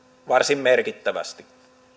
varsin merkittävästi